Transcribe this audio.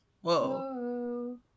Whoa